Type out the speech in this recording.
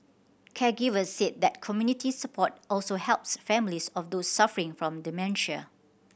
caregivers said that community support also helps families of those suffering from dementia